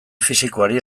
fisikoari